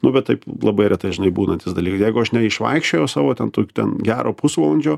nu bet taip labai retai žinai būnantis daly jeigu aš neišvaikščiojau savo ten tu ten gero pusvalandžio